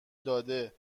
داده